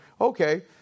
okay